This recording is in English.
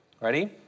Ready